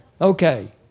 Okay